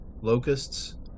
locusts